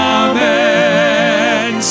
amen